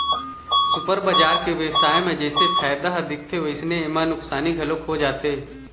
super बजार के बेवसाय म जइसे फायदा ह दिखथे वइसने एमा नुकसानी घलोक हो जाथे